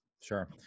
sure